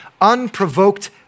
unprovoked